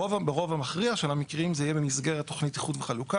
ברוב המכריע של המקרים זה יהיה במסגרת תוכנית איחוד וחלוקה.